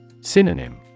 Synonym